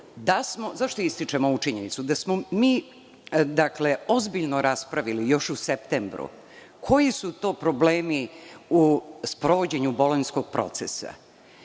ističem ovu činjenicu? Da smo mi ozbiljno raspravili još u septembru koji su to problemi u sprovođenju Bolonjskog procesa,